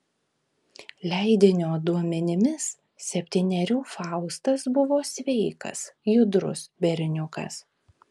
leidinio duomenimis septynerių faustas buvo sveikas judrus berniukas